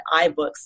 iBooks